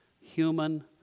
human